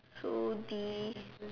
so the